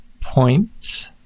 point